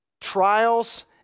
trials